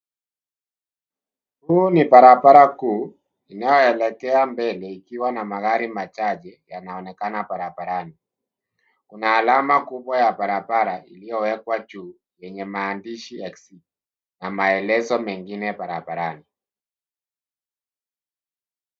Huu ni barabara kuu inayoelekea mbele ikiwa na magari machache yanaonekana barabarani. Kuna alama kubwa ya barabara iliyowekwa juu yenye maandishi na maelezo mengine barabarani.